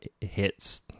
hits